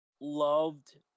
loved